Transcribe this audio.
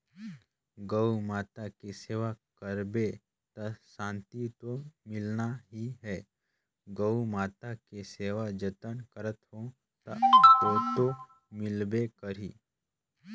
गउ माता के सेवा करबे त सांति तो मिलना ही है, गउ माता के सेवा जतन करत हो त ओतो मिलबे करही